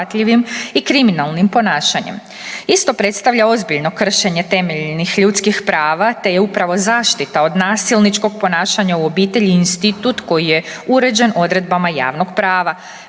Isto predstavlja ozbiljno kršenje temeljnih ljudskih prava te je upravo zaštita od nasilničkog ponašanja u obitelji institut koji je uređen odredbama javnog prava.